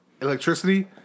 electricity